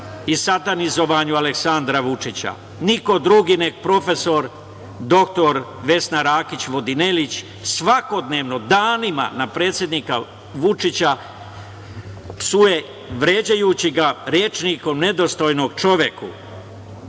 i satanizovanju Aleksandra Vučića. Niko drugi nego prof. dr Vesna Rakić Vodinelić, svakodnevno, danima na predsednika Vučića psuje vređajući ga rečnikom nedostojnog čoveku.